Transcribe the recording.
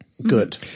good